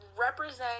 represent